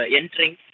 entering